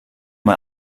mal